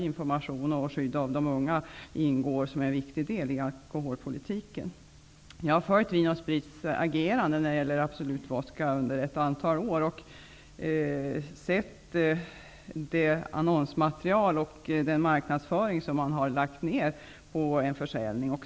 Information och skydd av de unga ingår där som en viktig del i alkoholpolitiken.